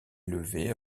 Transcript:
élevés